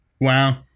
Wow